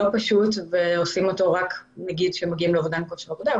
פשוט ומבצעים אותו רק כשמגיעים לאובדן כושר עבודה.